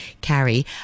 carry